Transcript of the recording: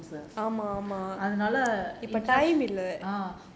அதுனால:athunaala